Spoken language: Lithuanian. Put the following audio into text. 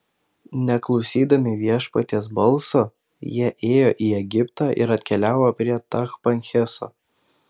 neklausydami viešpaties balso jie ėjo į egiptą ir atkeliavo prie tachpanheso